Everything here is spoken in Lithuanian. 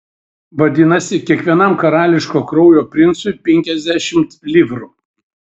vadinasi kiekvienam karališko kraujo princui penkiasdešimt livrų